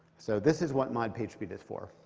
so this is what mod pagespeed is for.